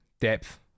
depth